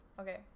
Okay